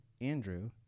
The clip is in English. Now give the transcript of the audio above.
Andrew